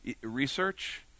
research